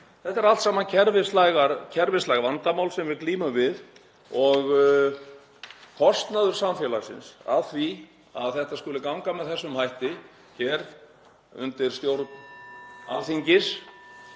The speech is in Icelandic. Þetta eru allt saman kerfislæg vandamál sem við glímum við og kostnaður samfélagsins af því að þetta skuli ganga með þessum hætti hér undir stjórn (Forseti